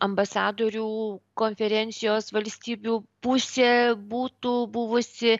ambasadorių konferencijos valstybių pusė būtų buvusi